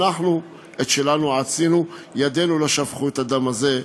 אנחנו את שלנו עשינו, ידינו לא שפכו את הדם הזה.